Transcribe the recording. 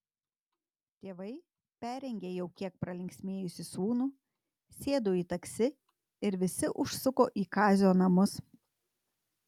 tėvai perrengė jau kiek pralinksmėjusį sūnų sėdo į taksi ir visi užsuko į kazio namus